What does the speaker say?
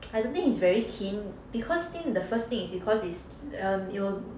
I don't think he's very keen because think the first thing is you cause it's um it'll